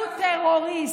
הוא טרוריסט.